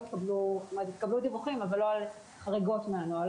התקבלו דיווחים על הנוהל אבל לא על חריגות מהנוהל.